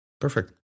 Perfect